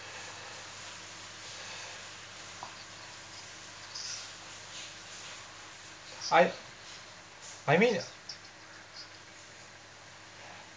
I I mean